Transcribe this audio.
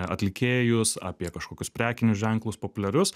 atlikėjus apie kažkokius prekinius ženklus populiarius